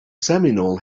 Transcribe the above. seminole